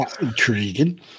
intriguing